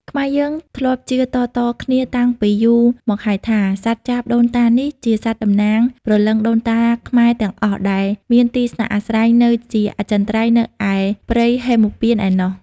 ខ្មែរយើងធ្លាប់ជឿតៗ គ្នាតាំងពីរយូរមកហើយថា សត្វចាបដូនតានេះ ជាសត្វតំណាងព្រលឹងដូនតាខ្មែរទាំងអស់ដែលមានទីស្នាក់អាស្រ័យនៅជាអចិន្ត្រៃយ៍នៅឯព្រៃហេមពាន្តឯណោះ។